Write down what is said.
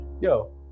yo